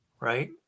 Right